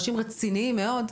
הם אנשים רציניים מאוד,